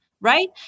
right